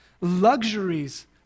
Luxuries